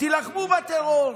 תילחמו בטרור.